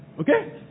Okay